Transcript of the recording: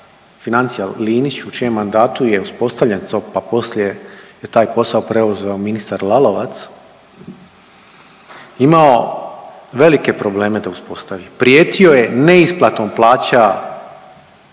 financija Linić u čijem mandatu je uspostavljen COP pa poslije je taj posao preuzeo ministar Lalovac imao velike probleme da uspostavi, prijetio je neisplatom plaća